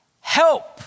help